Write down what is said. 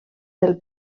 del